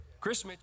Chris